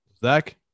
zach